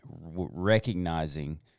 recognizing